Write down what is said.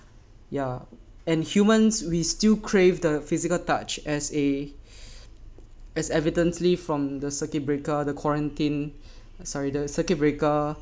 ya and humans we still crave the physical touch as a as evidently from the circuit breaker the quarantine sorry circuit breaker